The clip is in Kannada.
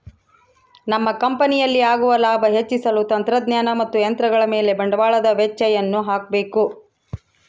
ನಮ್ಮ ಕಂಪನಿಯಲ್ಲಿ ಆಗುವ ಲಾಭ ಹೆಚ್ಚಿಸಲು ತಂತ್ರಜ್ಞಾನ ಮತ್ತು ಯಂತ್ರಗಳ ಮೇಲೆ ಬಂಡವಾಳದ ವೆಚ್ಚಯನ್ನು ಹಾಕಬೇಕು